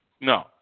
No